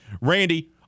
randy